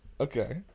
Okay